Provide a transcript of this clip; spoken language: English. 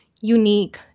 unique